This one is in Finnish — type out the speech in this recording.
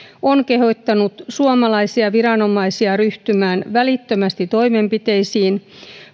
on kehottanut suomalaisia viranomaisia ryhtymään välittömästi toimenpiteisiin